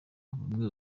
bamwe